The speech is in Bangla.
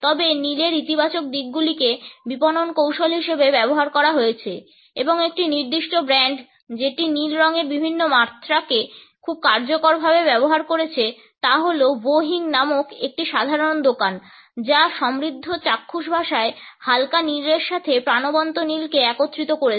তবে নীলের ইতিবাচক দিকগুলিকে বিপণন কৌশল হিসাবে ব্যবহার করা হয়েছে এবং একটি নির্দিষ্ট ব্র্যান্ড যেটি নীল রঙের বিভিন্ন মাত্রাকে খুব কার্যকরভাবে ব্যবহার করেছে তা হল Wo Hing নামক সাধারণ দোকান একটি যা সমৃদ্ধ চাক্ষুষ ভাষায় হালকা নীলের সাথে প্রাণবন্ত নীলকে একত্রিত করেছে